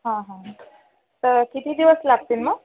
हां हां तर किती दिवस लागतील मग